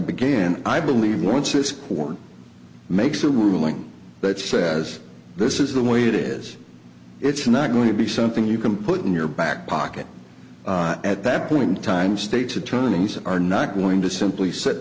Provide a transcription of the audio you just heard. began i believe once this court makes a ruling that says this is the way it is it's not going to be something you can put in your back pocket at the appling time states attorneys are not going to simply sit